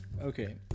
Okay